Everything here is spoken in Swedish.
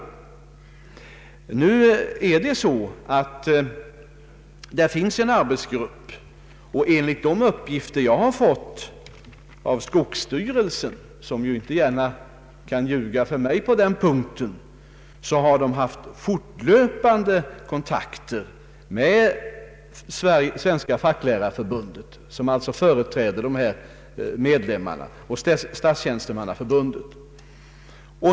En arbetsgrupp är tilsatt, och enligt de uppgifter som jag har fått av skogsstyrelsen, som ju inte gärna kan ljuga för mig i detta fall, har arbetsgruppen haft fortlöpande kontakter med Svenska facklärarförbundet, som alltså företräder sina medlemmar, och Statstjänstemannaförbundet.